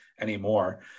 anymore